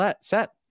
set